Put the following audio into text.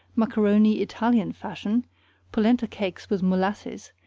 macaroni italian fashion polenta cakes with molasses,